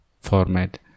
format